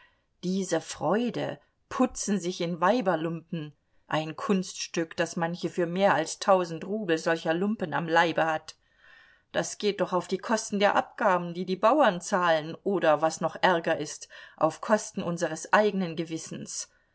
diese freude putzen sich in weiberlumpen ein kunststück daß manche für mehr als tausend rubel solcher lumpen am leibe hat das geht doch auf kosten der abgaben die die bauern zahlen oder was noch ärger ist auf kosten unseres eigenen gewissens